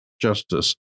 justice